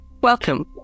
Welcome